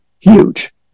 huge